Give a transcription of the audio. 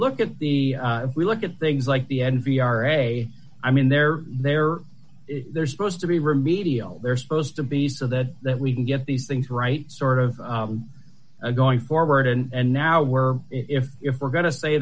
look at the we look at things like the n p r a i mean they're there they're supposed to be remedial they're supposed to be so that that we can get these things right sort of going forward and now we're if if we're going to say